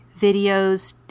videos